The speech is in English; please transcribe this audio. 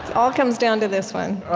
all comes down to this one,